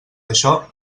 això